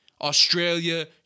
Australia